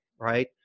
right